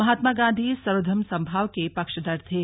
महात्मा गांधी सर्वधर्म समभाव के पक्षधर थे